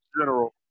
general